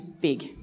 big